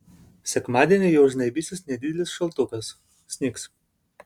sekmadienį jau žnaibysis nedidelis šaltukas snigs